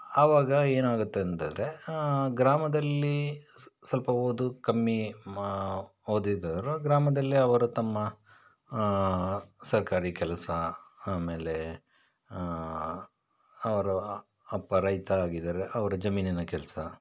ಆವಾಗ ಏನಾಗುತ್ತೆ ಅಂತ ಅಂದರೆ ಗ್ರಾಮದಲ್ಲಿ ಸ್ ಸ್ವಲ್ಪ ಓದು ಕಮ್ಮಿ ಮಾ ಓದಿದವರು ಗ್ರಾಮದಲ್ಲೇ ಅವರು ತಮ್ಮ ಸರ್ಕಾರಿ ಕೆಲಸ ಆಮೇಲೆ ಅವರ ಅಪ್ಪ ರೈತ ಆಗಿದ್ದರೆ ಅವರ ಜಮೀನಿನ ಕೆಲಸ